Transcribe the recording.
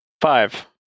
Five